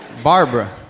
Barbara